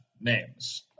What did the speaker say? names